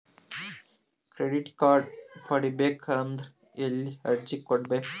Credit card ಪಡಿಬೇಕು ಅಂದ್ರ ಎಲ್ಲಿ ಅರ್ಜಿ ಕೊಡಬೇಕು?